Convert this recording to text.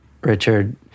Richard